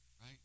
right